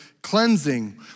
Cleansing